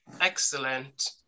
Excellent